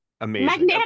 Amazing